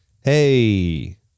Hey